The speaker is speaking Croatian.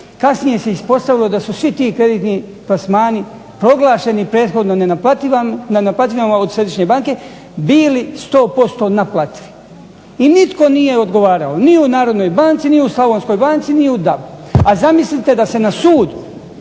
Kasnije se ispostavilo da su svi ti kreditni plasmani proglašeni prethodno nenaplativim od Središnje banke bili 100% naplativi. I nitko nije odgovarao ni u Narodnoj banci ni u Slavonskoj banci. A zamislite da se na sud